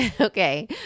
Okay